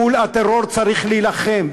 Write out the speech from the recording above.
מול הטרור צריך להילחם.